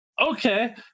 Okay